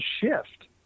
shift